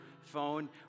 phone